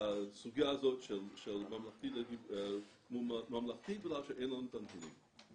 לסוגיה הזאת של ממלכתי מול ממלכתי בגלל שאין לנו את הנתונים.